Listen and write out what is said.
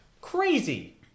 Crazy